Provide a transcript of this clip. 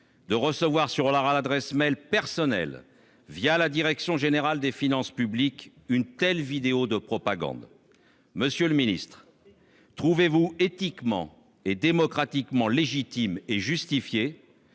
de recevoir sur leur adresse mail personnelle, la direction générale des finances publiques, une telle vidéo de propagande. Monsieur le ministre, estimez-vous qu'il est démocratiquement légitime et